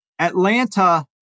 Atlanta